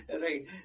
right